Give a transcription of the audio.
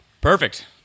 Perfect